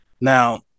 Now